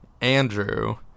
Andrew